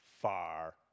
far